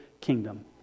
kingdom